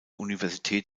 universität